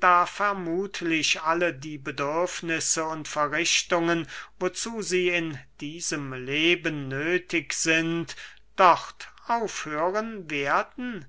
da vermuthlich alle die bedürfnisse und verrichtungen wozu sie in diesem leben nöthig sind dort aufhören werden